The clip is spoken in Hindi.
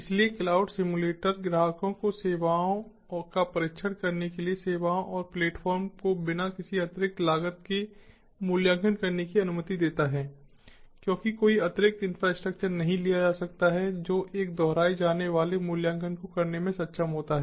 इसलिए क्लाउड सिम्युलेटर ग्राहकों को सेवाओं का परीक्षण करने के लिए सेवाओं और प्लेटफ़ॉर्म को बिना किसी अतिरिक्त लागत के मूल्यांकन करने की अनुमति देता है क्योंकि कोई अतिरिक्त इंफ्रास्ट्रक्चर नहीं लिया जा सकता है जो एक दोहराए जाने वाले मूल्यांकन को करने में सक्षम होता है